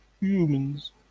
Humans